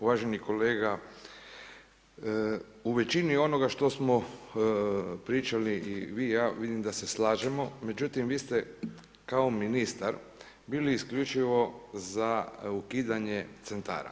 Uvaženi kolega, u većini onoga što smo pričali i vi i ja vidim da se slažemo, međutim vi ste kao ministar bili isključivo za ukidanje centara.